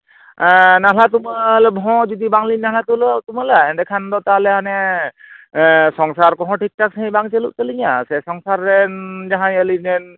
ᱱᱟᱞᱦᱟ ᱛᱩᱢᱟᱹᱞ ᱦᱚᱸ ᱡᱩᱫᱤ ᱵᱟᱝᱞᱤᱧ ᱱᱟᱞᱦᱟ ᱛᱩᱢᱟᱹᱞᱟ ᱮᱸᱰᱮᱠᱷᱟᱱ ᱫᱚ ᱛᱟᱦᱞᱮ ᱦᱟᱱᱮ ᱥᱚᱝᱥᱟᱨ ᱠᱚᱦᱚᱸ ᱴᱷᱤᱴᱷᱟᱠ ᱥᱟᱺᱦᱤᱡ ᱵᱟᱝ ᱪᱟᱹᱞᱩᱜ ᱛᱟᱹᱞᱤᱧᱟ ᱥᱮ ᱥᱚᱝᱥᱟᱨ ᱨᱮᱱ ᱡᱟᱦᱟᱸᱭ ᱟᱹᱞᱤᱧ ᱨᱮᱱ